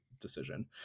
decision